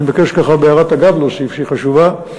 אני מבקש בהערת אגב, שהיא חשובה,